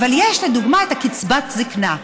אבל יש לדוגמה את קצבת הזקנה.